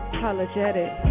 Apologetic